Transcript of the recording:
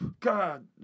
God